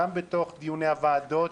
גם בתוך דיוני הוועדות,